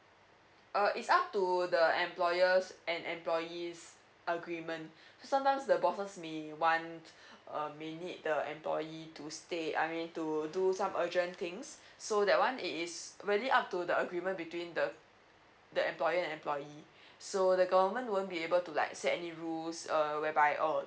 uh it's up to employers and employees agreement sometimes the bosses may want um may need the employee to stay I mean to do some urgent things so that one it is really up to the agreement between the the employer and employee so the government won't be able to like set any rules um whereby oh